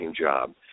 job